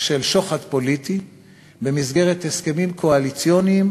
של שוחד פוליטי במסגרת הסכמים קואליציוניים